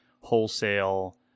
wholesale